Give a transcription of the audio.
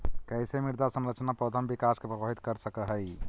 कईसे मृदा संरचना पौधा में विकास के प्रभावित कर सक हई?